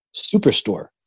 Superstore